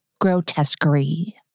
grotesquerie